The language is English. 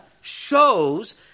shows